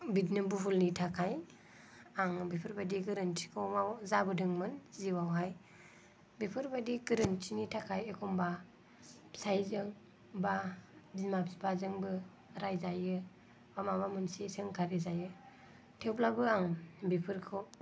बिदिनो भुलनि थाखाय आं बेफोरबायदि गोरोन्थिखौ मावजाबोदोंमोन जिउआवहाय बेफोरबायदि गोरोन्थिनि थाखाय एखनबा फिसायजों बा बिमा बिफाजोंबो रायजायो बा माबा मोनसे सोंखारि जायो थेवब्लाबो आं बेफोरखौ